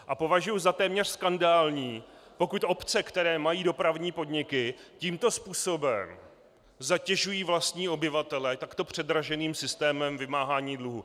A považuju za téměř skandální, pokud obce, které mají dopravní podniky, tímto způsobem zatěžují vlastní obyvatele takto předraženým systémem vymáhání dluhů.